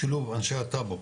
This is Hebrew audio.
שילוב אנשי הטאבו,